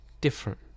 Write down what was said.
Different